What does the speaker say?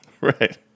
Right